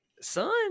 Son